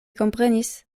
komprenis